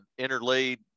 interlaid